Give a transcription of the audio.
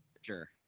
Sure